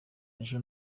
ejo